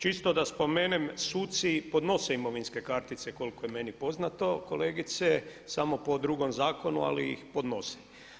Čisto da spomenem suci podnose imovinske kartice koliko je meni poznato kolegice, samo po drugom zakonu ali ih podnose.